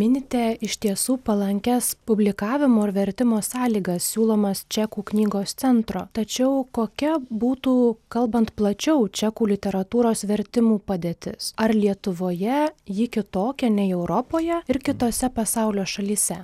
minite iš tiesų palankias publikavimo ir vertimo sąlygas siūlomas čekų knygos centro tačiau kokia būtų kalbant plačiau čekų literatūros vertimų padėtis ar lietuvoje ji kitokia nei europoje ir kitose pasaulio šalyse